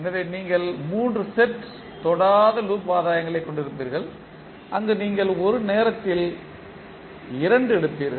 எனவே நீங்கள் 3 செட் தொடாத லூப் ஆதாயங்களைக் கொண்டிருப்பீர்கள் அங்கு நீங்கள் ஒரு நேரத்தில் இரண்டு எடுப்பீர்கள்